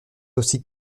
aussi